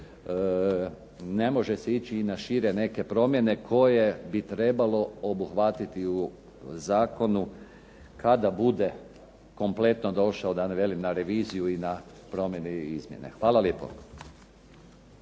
ne može se ići i na šire neke promjene koje bi trebalo obuhvatiti u zakonu kada bude kompletno došao da ne velim na reviziju i na promjene i izmjene. Hvala lijepo.